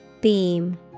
Beam